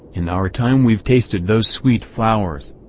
in our time we've tasted those sweet flowers.